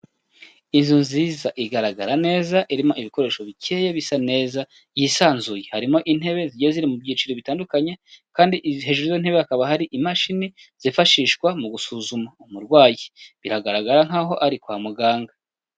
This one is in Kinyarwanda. Inzu nziza igaragara neza irimo ibikoresho bikeya bisa neza yisanzuye, harimo intebe zigiye ziri mu byiciro bitandukanye, kandi hejuru y'iyo ntebe hakaba hari imashini zifashishwa mu gusuzuma umurwayi, biragaragara nk'aho ari kwa muganga.